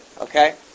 Okay